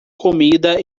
comida